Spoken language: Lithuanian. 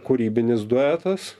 kūrybinis duetas